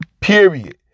Period